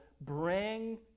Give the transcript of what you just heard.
Bring